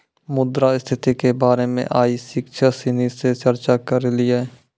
मुद्रा स्थिति के बारे मे आइ शिक्षक सिनी से चर्चा करलिए